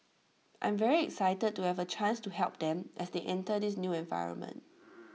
I'm very excited to have A chance to help them as they enter this new environment